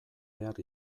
behar